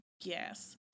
yes